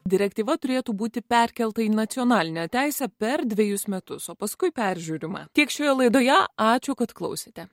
direktyva turėtų būti perkelta į nacionalinę teisę per dvejus metus o paskui peržiūrima tiek šioje laidoje ačiū kad klausėte